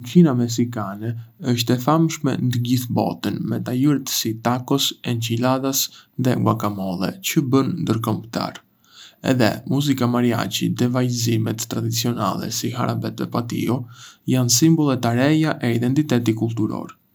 Kuzhina meksikane është e famshme në të gjithë botën, me tajuret si tacos, enchiladas dhe guacamole çë u bën ndërkombëtare. Edhé, muzika mariachi dhe vallëzimet tradicionale, si Jarabe Tapatío, janë simbole të haréja e identitetit kulturor.